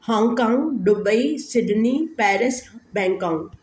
Hong Kong Dubai Sydney Paris Bangkok